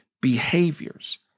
behaviors